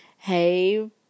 Hey